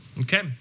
Okay